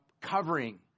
covering